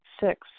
Six